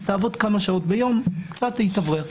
תעבוד כמה שעות ביום קצת להתאוורר.